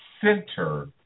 center